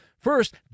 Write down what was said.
First